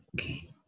Okay